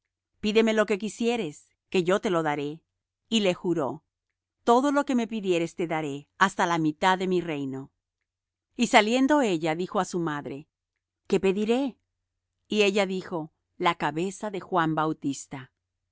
muchacha pídeme lo que quisieres que yo te lo daré y le juró todo lo que me pidieres te daré hasta la mitad de mi reino y saliendo ella dijo á su madre qué pediré y ella dijo la cabeza de juan bautista